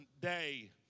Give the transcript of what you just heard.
day